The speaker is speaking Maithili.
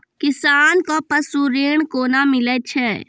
किसान कऽ पसु ऋण कोना मिलै छै?